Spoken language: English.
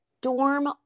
dorm